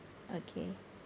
okay